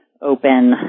open